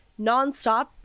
nonstop